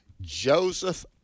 Joseph